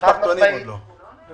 המשפחתונים עוד לא.